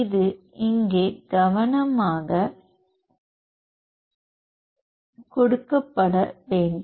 அது இங்கே கவனமாக கொடுக்கப்பட வேண்டும்